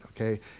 okay